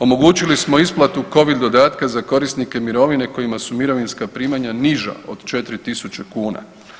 Omogućili smo isplatu Covid dodatka za korisnike mirovine kojima su mirovinska primanja niža od 4.000 kuna.